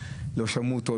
או שלא שמעו אותו,